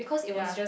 ya